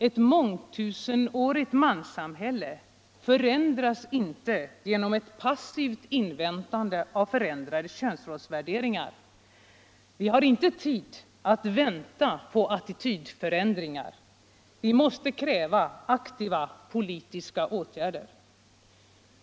Ett mångtusenårigt manssamhälle förändras inte genom ett passivt inväntande av förändrade könsrollsvärderingar. Vi har inte tid att vänta på attitydförändringar. Vi måste kräva aktiva politiska åtgärder.